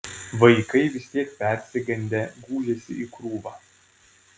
vaikai vis tiek persigandę gūžėsi į krūvą